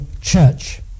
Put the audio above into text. church